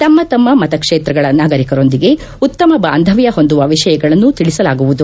ತಮ್ಮ ತಮ್ಮ ಮತಕ್ಷೇತ್ರಗಳ ನಾಗರಿಕರೊಂದಿಗೆ ಉತ್ತಮ ಬಾಂಧವ್ಯ ಹೊಂದುವ ವಿಷಯಗಳನ್ನು ತಿಳಿಸಲಾಗುವುದು